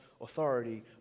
authority